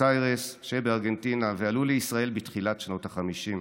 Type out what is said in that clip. איירס שבארגנטינה ועלו לישראל בתחילת שנות החמישים.